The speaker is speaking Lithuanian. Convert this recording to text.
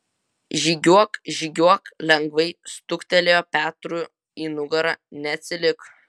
žygiuok žygiuok lengvai stuktelėjo petro į nugarą neatsilik